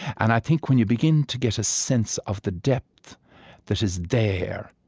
and i think when you begin to get a sense of the depth that is there,